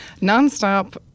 Nonstop